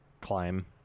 climb